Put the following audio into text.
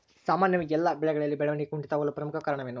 ಸಾಮಾನ್ಯವಾಗಿ ಎಲ್ಲ ಬೆಳೆಗಳಲ್ಲಿ ಬೆಳವಣಿಗೆ ಕುಂಠಿತವಾಗಲು ಪ್ರಮುಖ ಕಾರಣವೇನು?